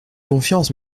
confiance